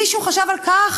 מישהו חשב על כך